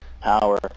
power